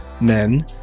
men